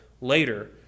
later